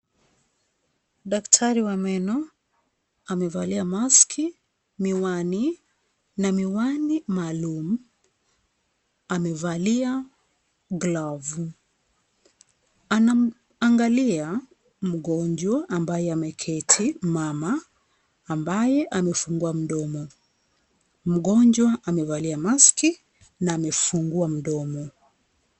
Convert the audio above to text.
Daktari wa meno amevalia maski , miwani na miwani maalum. Amevalia glovu. Anamwangalia mgonjwa ambaye ameketi, mama, ambaye amefungua mdomo. Mgonjwa amevalia maski na amefungua mdomo.